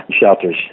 shelters